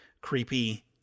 creepy